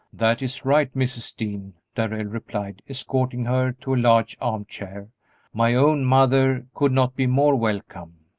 that is right, mrs. dean, darrell replied, escorting her to a large arm-chair my own mother could not be more welcome.